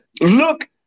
look